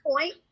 point